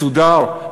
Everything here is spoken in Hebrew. מסודר,